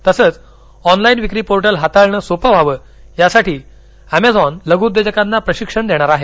तसंच ऑनलाईन विक्री पोर्टल हाताळणं सोपं व्हावं यासाठी एमेझॉन लघुउद्योजकांना प्रशिक्षण देणार आहे